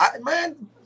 Man